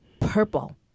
purple